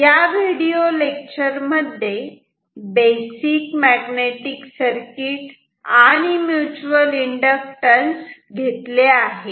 या video lecture मध्ये basic magnetic circuit आणि म्युच्युअल इंडक्टॅन्स घेतले आहे